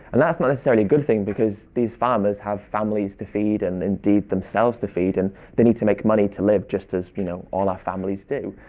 and that's not necessarily a good thing because these farmers have families to feed, and indeed themselves to feed. and they need to make money to live just as, you know, all our families do.